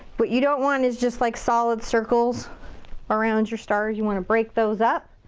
what you don't want is just like solid circles around your stars. you want to break those up.